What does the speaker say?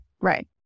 Right